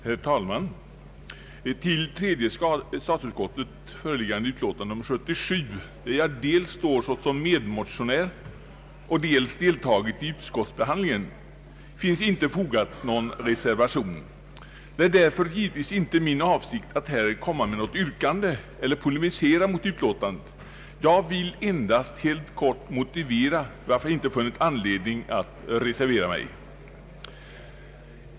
Herr talman! Till tredje lagutskottets föreliggande utlåtande nr 77, där jag står såsom medmotionär och dessutom har deltagit i utskottsbehandlingen, finns inte fogad någon reservation. Det är därför givetvis inte min avsikt att här komma med något yrkande eller polemisera mot utlåtandet. Jag vill endast helt kort motivera varför jag inte har funnit anledning att reservera mig.